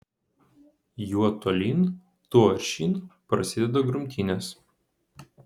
juo tolyn tuo aršyn prasideda grumtynės